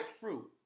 fruit